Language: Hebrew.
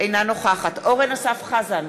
אינה נוכחת אורן אסף חזן,